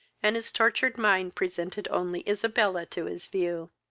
and his tortured mind presented only isabella to his view.